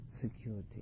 security